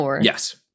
Yes